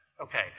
Okay